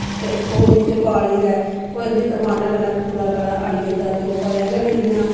ते ओह् उंदे च पानी जिसलै कोई अंधी तुफानै कन्नै कुड़ा काड़ा अड़ी जंदा ते ओह् भलेआं गै फिरि इ'यां